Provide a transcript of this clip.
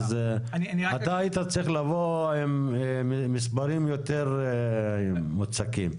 אתה היית צריך לבוא עם מספרים מוצקים יותר.